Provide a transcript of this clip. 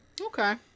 Okay